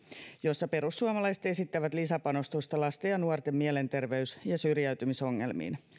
jossa perussuomalaiset esittävät lisäpanostusta lasten ja nuorten mielenterveys ja syrjäytymisongelmiin